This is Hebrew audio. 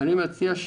אני מציע,